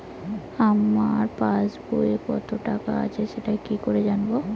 আমার পাসবইয়ে কত টাকা আছে সেটা কি করে জানবো?